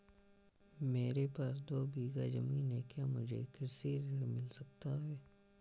मेरे पास दो बीघा ज़मीन है क्या मुझे कृषि ऋण मिल सकता है?